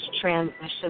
transition